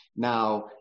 Now